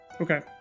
Okay